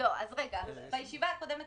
בישיבה הקודמת